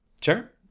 sure